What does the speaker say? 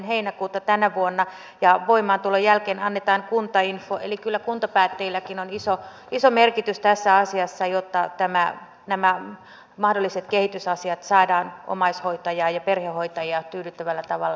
heinäkuuta tänä vuonna ja voimaantulon jälkeen annetaan kuntainfo eli kyllä kuntapäättäjilläkin on iso merkitys tässä asiassa jotta nämä mahdolliset kehitysasiat saadaan omaishoitajaa ja perhehoitajaa tyydyttävällä tavalla eteenpäin